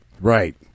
Right